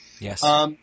Yes